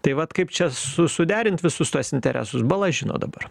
tai vat kaip čia su suderint visus tuos interesus bala žino dabar